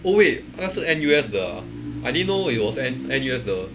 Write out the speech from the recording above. oh wait 那是 N_U_S 的 ah I didn't know it was N N_U_S 的